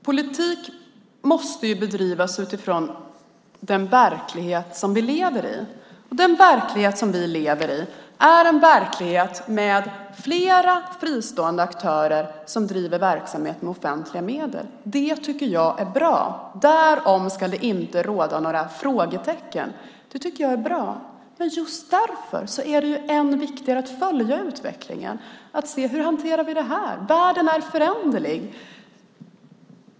Herr talman! Politik måste bedrivas utifrån den verklighet som vi lever i. Den verklighet som vi lever i är en verklighet med flera fristående aktörer som driver verksamhet med offentliga medel. Det tycker jag är bra. Därom ska det inte råda några frågetecken. Det tycker jag är bra. Men just därför är det än viktigare att följa utvecklingen. Hur hanterar vi det här? Världen är föränderlig.